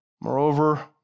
Moreover